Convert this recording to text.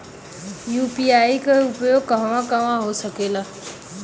UPI के उपयोग कहवा कहवा हो सकेला?